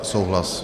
Souhlas.